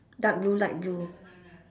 dark blue light blue